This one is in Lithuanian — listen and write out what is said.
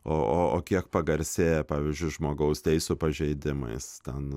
o o kiek pagarsėję pavyzdžiui žmogaus teisių pažeidimais ten